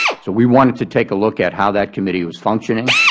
so we wanted to take a look at how that committee was functioning,